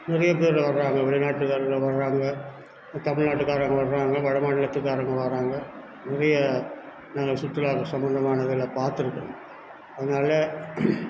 நிறைய பேர் வர்றாங்க வெளிநாட்டுக்காரங்க வர்றாங்க தமிழ்நாட்டுக்காரங்க வர்றாங்க வடமாநிலத்துக்காரங்க வர்றாங்க நிறைய நாங்கள் சுற்றுலா சம்பந்தமானதெல்லாம் பார்த்துருக்கறோம் அதனால்